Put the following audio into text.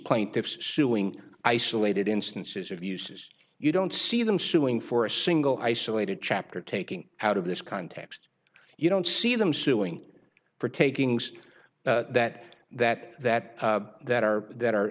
plaintiffs suing isolated instances of uses you don't see them suing for a single isolated chapter taking out of this context you don't see them suing for taking so that that that that are that are